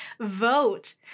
vote